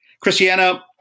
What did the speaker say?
Christiana